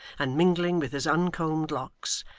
and mingling with his uncombed locks,